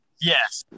Yes